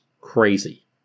crazy